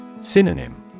Synonym